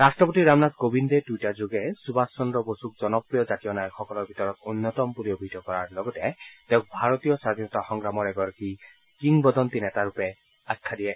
ৰাট্টপতি ৰামনাথ কোবিন্দে টুইটাৰযোগে সুভাষ চন্দ্ৰ বসু জনপ্ৰিয় জাতীয় নায়কসকলৰ ভিতৰত অন্যতম বুলি অভিহিত কৰাৰ লগতে তেওঁ ভাৰতৰ স্বাধীনতা সংগ্ৰামৰ এগৰাকী কিংবদন্তী নেতা ৰূপে আখ্যা দিয়ে